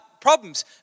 problems